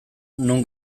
non